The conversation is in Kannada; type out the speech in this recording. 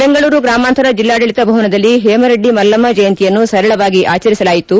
ಬೆಂಗಳೂರು ಗ್ರಾಮಾಂತರ ಬೆಲ್ಲಾಡಳತ ಭವನದಲ್ಲಿ ಹೇಮರೆಡ್ಡಿ ಮಲ್ಲಮ್ನ ಜಯಂತಿಯನ್ನು ಸರಳವಾಗಿ ಆಚರಿಸಲಾಯಿತು